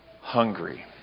hungry